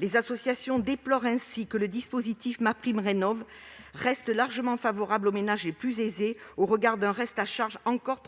Les associations déplorent ainsi que le dispositif MaPrimeRénov'reste largement favorable aux ménages les plus aisés au regard d'un reste à charge encore trop